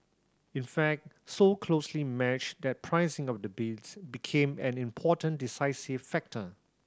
in fact so closely matched that pricing of the bids became an important decisive factor